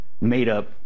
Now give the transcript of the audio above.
made-up